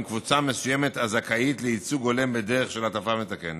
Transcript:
קבוצה מסוימת הזכאית לייצוג הולם בדרך של העדפה מתקנת,